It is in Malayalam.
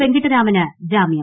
വെങ്കിട്ടരാമന് ജാമൃം